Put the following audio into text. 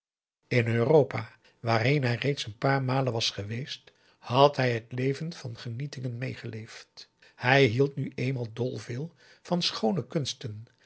europa waarheen hij reeds een paar malen was geweest had hij het leven van genietingen meegeleefd hij hield nu eenmaal dol veel van schoone kunsten